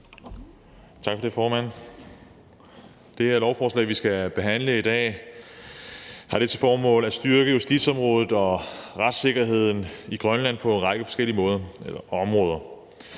Tak for det, formand. Det her lovforslag, som vi skal behandle i dag, har til formål at styrke justitsområdet og retssikkerheden i Grønland på en række forskellige områder.